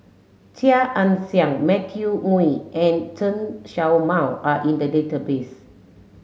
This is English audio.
Chia Ann Siang Matthew Ngui and Chen Show Mao are in the database